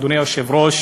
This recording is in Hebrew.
אדוני היושב-ראש,